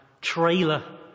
trailer